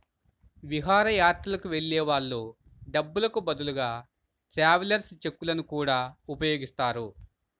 విహారయాత్రలకు వెళ్ళే వాళ్ళు డబ్బులకు బదులుగా ట్రావెలర్స్ చెక్కులను గూడా ఉపయోగిస్తారు